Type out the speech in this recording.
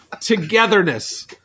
togetherness